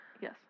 yes